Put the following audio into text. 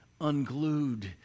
unglued